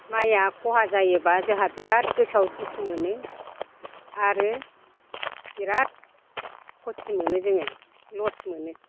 माइआ खहा जायोब्ला जोहा गोसोआव बेराद दुखु मोनो आरो बेराद खथि मोनो जोङो लस मोनो